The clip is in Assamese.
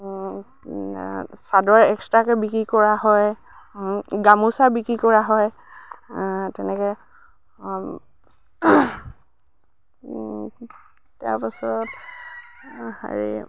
চাদৰ এক্সট্ৰাকৈ বিক্ৰী কৰা হয় গামোচা বিক্ৰী কৰা হয় তেনেকৈ তাৰপাছত হেৰি